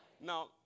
Now